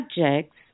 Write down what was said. subjects